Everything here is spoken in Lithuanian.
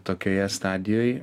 tokioje stadijoj